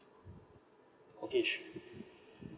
okay sure